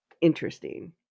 interesting